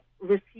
receive